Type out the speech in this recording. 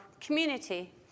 community